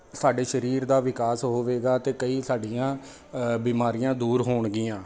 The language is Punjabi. ਸਾਡੇ ਸਰੀਰ ਦਾ ਵਿਕਾਸ ਹੋਵੇਗਾ ਅਤੇ ਕਈ ਸਾਡੀਆਂ ਬਿਮਾਰੀਆਂ ਦੂਰ ਹੋਣਗੀਆਂ